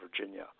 Virginia